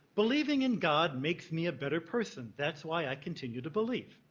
believing in god makes me a better person that's why i continue to believe,